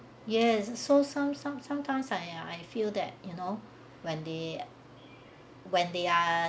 yes so some some sometimes ya I feel that you know when they when they are